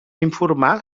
informar